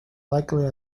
likely